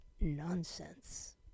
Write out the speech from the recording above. nonsense